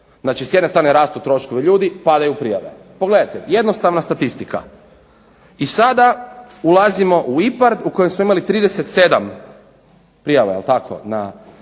Znači s jedne strane rastu troškovi ljudi, padaju prijave. Pogledajte jednostavna statistika. I sada imamo u IPARD u kojem smo imali 37 prijava je li tako na